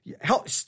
help